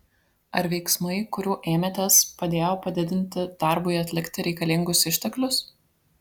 ar veiksmai kurių ėmėtės padėjo padidinti darbui atlikti reikalingus išteklius